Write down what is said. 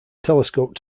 telescope